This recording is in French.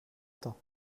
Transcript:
temps